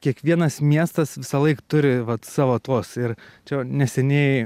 kiekvienas miestas visąlaik turi vat savo tuos ir čia neseniai